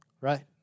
Right